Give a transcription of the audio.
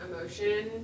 emotion